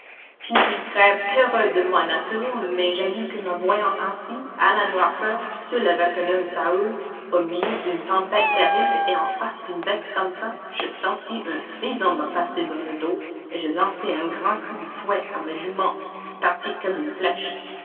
je ne suis guère peureux de ma nature mais j'avoue que me voyant ainsi à la noirceur seul avec un homme saoul au milieu d'une tempête terrible et en face d'une bête comme ça je sentis un frisson me passer dans le dos et je lançai un grand coup de fouet à ma jument qui partit comme une flèche